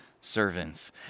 servants